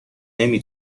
نمی